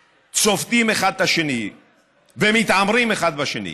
שצובטים אחד את השני ומתעמרים אחד בשני,